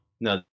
No